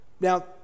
Now